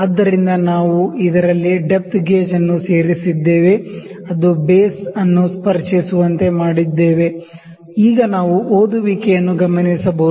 ಆದ್ದರಿಂದ ನಾವು ಇದರಲ್ಲಿ ಡೆಪ್ತ್ ಗೇಜ್ ನ್ನು ಸೇರಿಸಿದ್ದೇವೆ ಅದು ಬೇಸ್ ಅನ್ನು ಸ್ಪರ್ಶಿಸುವಂತೆ ಮಾಡಿದ್ದೇವೆ ಈಗ ನಾವು ರೀಡಿಂಗ್ ನ್ನು ಗಮನಿಸಬಹುದು